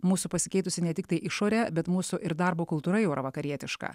mūsų pasikeitusi ne tiktai išorė bet mūsų ir darbo kultūra jau yra vakarietiška